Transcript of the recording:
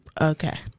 okay